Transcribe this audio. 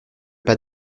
pas